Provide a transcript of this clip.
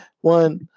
One